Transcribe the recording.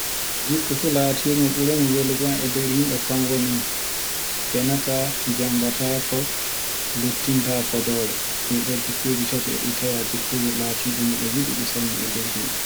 Noi watta ko tawe, ta ware wartugo botini toggore ma fuu a watti, to ngiɗa a wartiri ha no haniri non. Ara fu tawe ɓawo nyo'a mafa gainaɗo pat waddi keɓa toggore den desaɗum nokkoto laɓe tawe taarishi nokkoto to tuuni ma anɗon joɗo ta bintina ɗa, tawe a jogino baatal aɗo winto ɓoraji maaɗa, konnaɗeɗen to giɗɗa e ɓoraji ma aɗo foɗa no watte fu non gaɗata ha timma